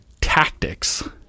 tactics